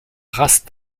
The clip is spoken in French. race